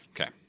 okay